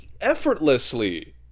effortlessly